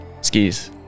Skis